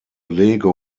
lego